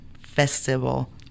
festival